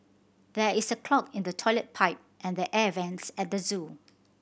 there is a clog in the toilet pipe and the air vents at the zoo